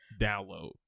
Download